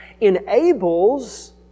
enables